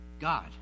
God